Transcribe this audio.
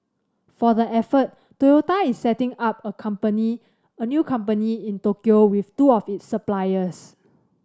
for the effort Toyota is setting up a company a new company in Tokyo with two of its suppliers